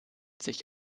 sich